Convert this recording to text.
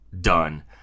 done